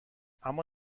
اما